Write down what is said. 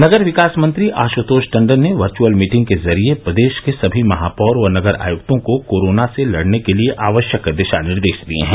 नगर विकास मंत्री आश्तोष टंडन ने वर्चअल मीटिंग के जरिये प्रदेश के सभी महापौर व नगर आयुक्तों को कोरोना से लड़ने के लिए आवश्यक दिशा निर्देश दिये हैं